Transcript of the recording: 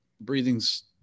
breathing's